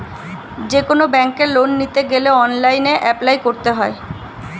যেকোনো ব্যাঙ্কে লোন নিতে গেলে অনলাইনে অ্যাপ্লাই করতে হয়